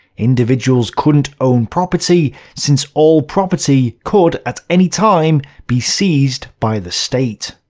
individuals couldn't own property, since all property could at any time be seized by the state.